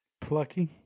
plucky